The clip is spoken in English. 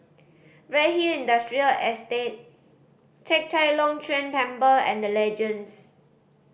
Redhill Industrial Estate Chek Chai Long Chuen Temple and The Legends